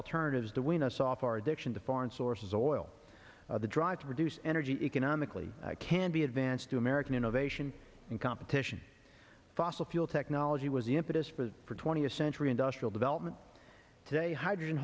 alternatives to win us off our addiction to foreign sources of oil the drive to produce energy economically can be advanced to american innovation and competition fossil fuel technology was the impetus for twentieth century industrial development today hydrogen